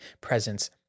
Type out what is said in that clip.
presence